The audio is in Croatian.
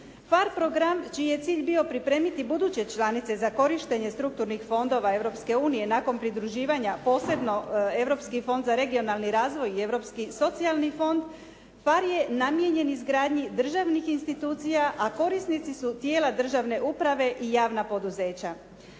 PHARE program čiji je cilj bio pripremiti buduće članice za korištenje strukturnih fondova Europske unije nakon pridruživanja posebno Europski fond za regionalni razvoj i Europski socijalni fond, PHARE je namijenjen izgradnji državnih institucija a korisnici su tijela državne uprave i javna poduzeća.